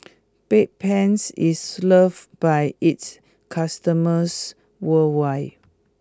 Bedpans is loved by its customers worldwide